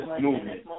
movement